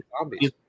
zombies